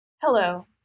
Hello